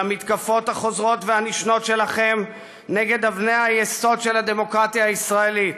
על המתקפות החוזרות והנשנות שלכם נגד אבני היסוד של הדמוקרטיה הישראלית.